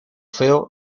feo